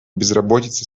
безработицы